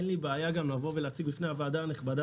אין לי בעיה גם לבוא ולהציג בפני הוועדה הנכבדה